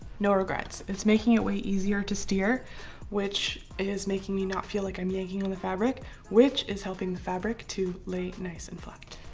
no regrets it's making it way easier to steer which is making me not feel like i'm yanking on the fabric which is helping the fabric to lay nice and flat.